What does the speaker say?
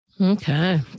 Okay